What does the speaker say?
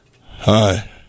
Hi